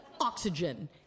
oxygen